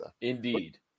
Indeed